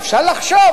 אפשר לחשוב,